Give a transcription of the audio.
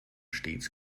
stets